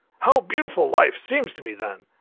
how beautiful life seems to me then!